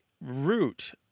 root